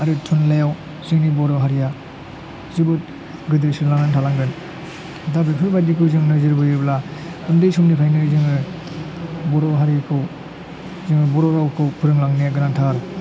आरो थुनलायाव जोंनि बर'हारिया जोबोथ गोदोसोनानै थालांगोन दा बेफोरबादिखौनो जों नोजोर बोयोब्ला उन्दै समनिफ्रायनो जोङो बर' हारिखौ जोङो बर' रावखौ फोरोंलांनाया गोनांथार